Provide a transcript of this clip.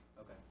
Okay